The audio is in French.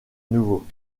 nouveau